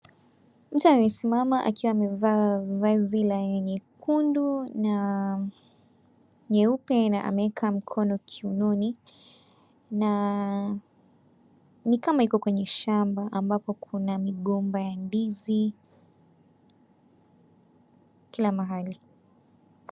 Mtu amesimama akiwa amevaa vazi la nyekundu na nyeupe na ameweka mkono kiunoni. Na ni kama iko kwenye shamba ambapo kuna migomba ya ndizi kila mahali.